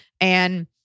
And-